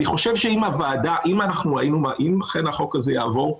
אם החוק הזה אכן יעבור,